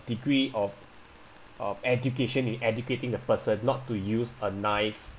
degree of of education in educating the person not to use a knife